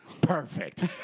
Perfect